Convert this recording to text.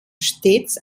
stets